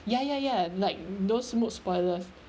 ya ya ya like those mood spoilers